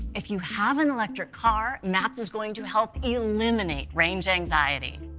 if you have an electric car, maps is going to help eliminate range anxiety.